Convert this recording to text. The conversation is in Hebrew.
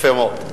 יפה מאוד,